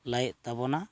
ᱞᱟᱹᱭᱮᱫ ᱛᱟᱵᱚᱱᱟ